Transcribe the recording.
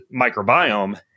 microbiome